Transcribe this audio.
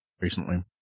recently